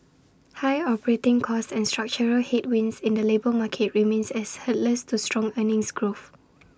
high operating costs and structural headwinds in the labour market remains as hurdles to strong earnings growth